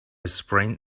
sprained